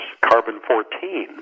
carbon-14